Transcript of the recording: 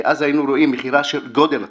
כי אז היינו רואים מכירה של גודל התוספת,